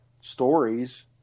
stories